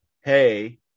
Hey